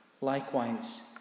Likewise